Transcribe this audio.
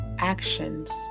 Actions